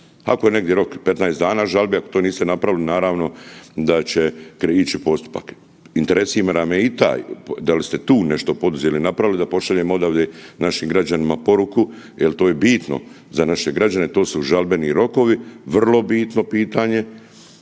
Ako je negdje rok 15 dana žalbe ako to niste napravili naravno da ćete ići u postupak. Interesira me i taj da li ste tu nešto poduzeli i napravili da pošaljemo odavde našim građanima poruku jel to je bitno za naše građane, to su žalbeni rokovi, vrlo bitno pitanje,